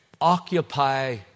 occupy